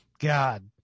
God